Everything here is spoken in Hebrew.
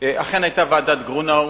אחת ממסקנותיו